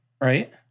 Right